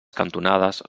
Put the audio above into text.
cantonades